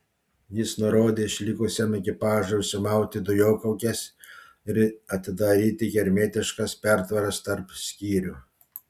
jis nurodė išlikusiam ekipažui užsimauti dujokaukes ir atidaryti hermetiškas pertvaras tarp skyrių